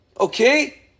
Okay